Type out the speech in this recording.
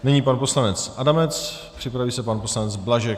Nyní pan poslanec Adamec, připraví se pan poslanec Blažek.